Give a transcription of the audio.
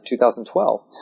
2012